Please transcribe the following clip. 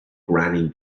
granny